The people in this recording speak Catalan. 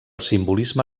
simbolisme